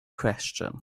question